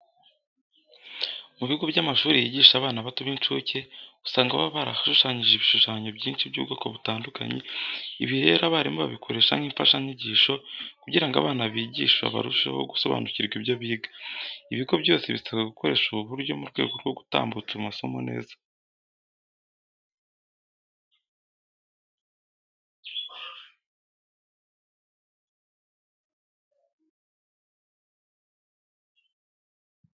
Mu bigo by'amashuri yigisha abana bato b'incuke, usanga baba barahashushanyije ibishushanyo byinshi by'ubwoko butandukanye. Ibi rero abarimu babikoresha nk'imfashanyigisho kugira ngo abana bigisha barusheho gusobanukirwa ibyo biga. Ibigo byose bisabwa gukoresha ubu buryo mu rwego rwo gutambutsa amasomo neza.